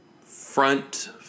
front